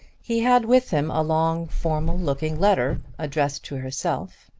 he had with him a long, formal-looking letter addressed to herself.